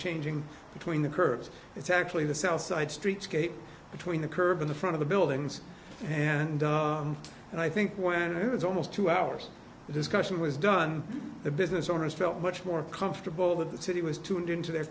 changing between the curves it's actually the sell side streets kate between the curve in the front of the buildings and and i think when it's almost two hours discussion was done the business owners felt much more comfortable with the city was tuned into their